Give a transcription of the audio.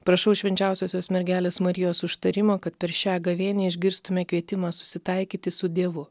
prašau švenčiausiosios mergelės marijos užtarimo kad per šią gavėnią išgirstumėme kvietimą susitaikyti su dievu